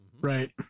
Right